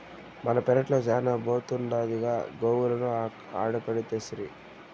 మన పెరట్ల శానా బోతుండాదిగా గోవులను ఆడకడితేసరి